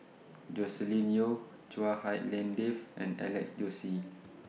Joscelin Yeo Chua Hak Lien Dave and Alex Josey